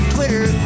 Twitter